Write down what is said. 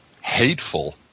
hateful